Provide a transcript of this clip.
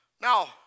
Now